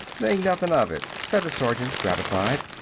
think nothin' of it, said the sergeant, gratified.